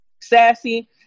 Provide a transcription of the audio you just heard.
Sassy